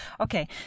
Okay